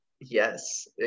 yes